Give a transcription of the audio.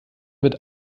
wird